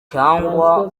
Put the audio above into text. cyangwa